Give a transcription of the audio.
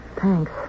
thanks